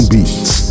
Beats